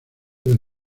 del